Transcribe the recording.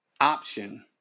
option